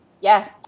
yes